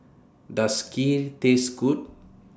Does Kheer Taste Good